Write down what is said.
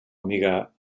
amiga